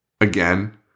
again